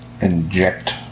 inject